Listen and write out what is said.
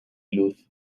luz